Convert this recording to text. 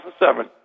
2007